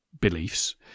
beliefs